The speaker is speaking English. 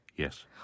Yes